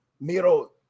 Miro